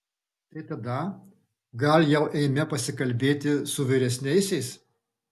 tai tada gal jau eime pasikalbėti su vyresniaisiais